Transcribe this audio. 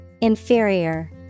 Inferior